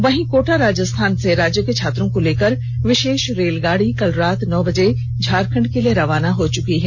वहीं कोटा राजस्थान से राज्य के छात्रों को लेकर विषेष रेलगाड़ी कल रात नौ बजे झारखण्ड के लिए रवाना हो गयी है